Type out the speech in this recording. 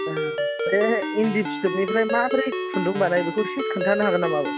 ओ बे इन्दि फिथोबनिफ्राय माबोरै खुन्दुं बानायो बेखौ इसे खोनथानो हागोन नामा आब'